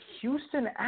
Houston